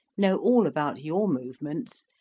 know all about your movements,